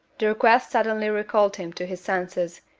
the request suddenly recalled him to his senses,